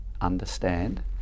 understand